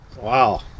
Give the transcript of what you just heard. Wow